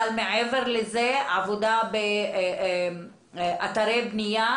אבל מעבר לזה, עבודה באתרי בנייה